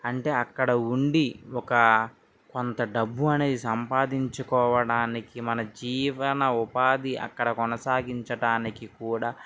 అంటే అక్కడ ఉండి ఒక కొంత డబ్బు అనేది సంపాదించుకోవడానికి మన జీవన ఉపాధి అక్కడ కొనసాగించటానికి కూడా